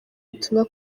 ubutumwa